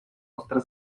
ostre